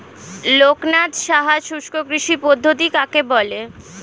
লোকনাথ সাহা শুষ্ককৃষি পদ্ধতি কাকে বলে?